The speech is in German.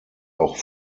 auch